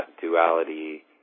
duality